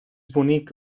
bonic